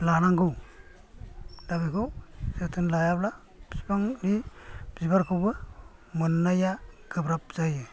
लानांगौ दा बेखौ जोथोन लायाब्ला बिफांनि बिबारखौबो मोननाया गोब्राब जायो